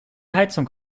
heizung